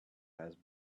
had